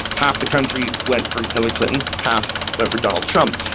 half the country went for hillary clinton, half went for donald trump.